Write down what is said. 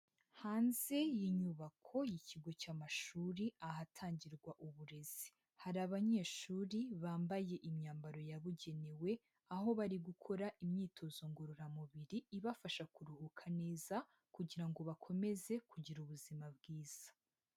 Hanze y'inyubako y'ikigo cy'amashuri ahatangirwa uburezi, hari abanyeshuri bambaye imyambaro yabugenewe aho bari gukora imyitozo ngororamubiri ibafasha kuruhuka neza kugira ngo bakomeze kugira ubuzima bwiza.